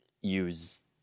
Use